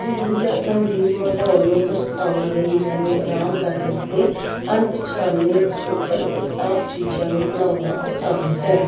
ਧੁੰਦ ਜਾਂ ਗੰਭੀਰ ਮਾਹੌਲ ਨੂੰ ਦਰਸਾਉਣ ਲਈ ਮੈਨੂੰ ਆਰਾਮਦਾਇਕ ਅਤੇ ਅਣਪਛਾਣੇ ਪਿਛੋਕੜ ਅਤੇ ਸਾਫ ਚੀਜ਼ਾਂ ਨੂੰ ਬਣਾਉਣਾ ਪਸੰਦ ਹੈ